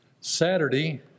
Saturday